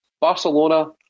Barcelona